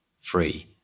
free